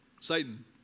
Satan